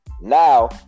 now